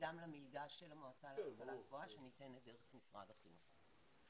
וגם למלגה של המועצה להשכלה גבוהה שניתנת דרך משרד החינוך.